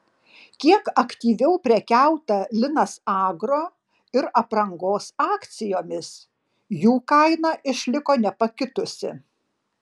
kiek aktyviau prekiauta linas agro ir aprangos akcijomis jų kaina išliko nepakitusi